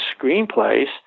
screenplays